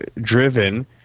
driven